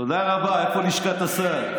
תודה רבה לחבר הכנסת קושניר.